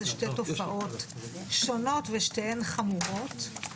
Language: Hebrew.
זה שתי תופעות שונות ושתיהן חמורות.